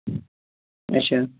اچھا